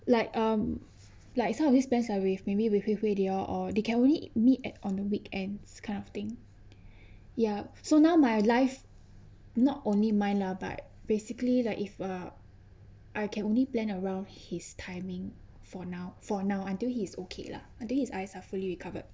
like um like some of these plans are with maybe with hui hui they all all they can only meet at on the weekends this kind of thing ya so now my life not only mine lah but basically like if ah I can only plan around his timing for now for now until he's okay lah I think his eyes are fully recovered